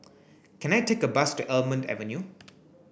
can I take a bus to Almond Avenue